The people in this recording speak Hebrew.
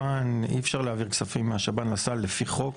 אי אפשר להעביר כספים מהשב"ן לסל לפי חוק.